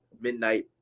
Midnight